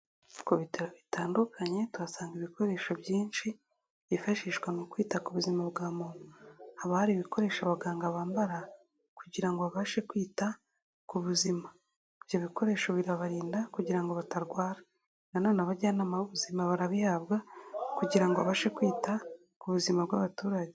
Ku bitaro bitandukanye tuhasanga ibikoresho byinshi byifashishwa mu kwita ku buzima bwa muntu. Haba hari ibikoresho abaganga bambara kugira ngo babashe kwita ku buzima. Ibyo bikoresho birabarinda kugira ngo batarwara, nanone abajyanama b'ubuzima barabihabwa, kugira ngo babashe kwita ku buzima bw'abaturage.